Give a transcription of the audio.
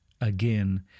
again